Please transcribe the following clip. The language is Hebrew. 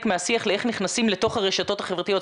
מהשיח לאיך נכנסים לתוך הרשתות החברתיות,